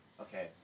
Okay